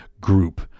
group